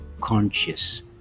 conscious